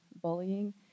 bullying